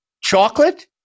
Chocolate